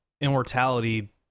immortality